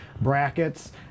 brackets